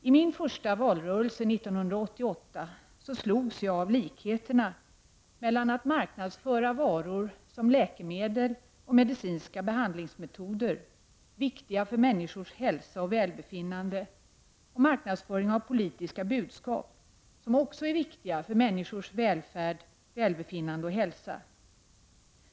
I min första valrörelse 1988 slogs jag av likheterna mellan att marknadsföra varor som läkemedel och medicinska behandlingsmetoder, viktiga för människors hälsa och välbefinnande, och marknadsföring av politiska budskap, som också är viktiga för människors välfärd, välbefinnande och hälsa.